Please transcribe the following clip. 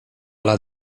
lat